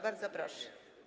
Bardzo proszę.